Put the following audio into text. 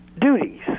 duties